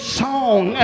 song